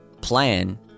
plan